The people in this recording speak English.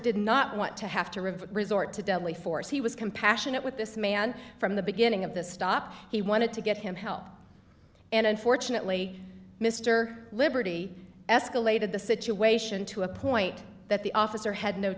did not want to have to rivet resort to deadly force he was compassionate with this man from the beginning of the stop he wanted to get him help and unfortunately mr liberty escalated the situation to a point that the officer had no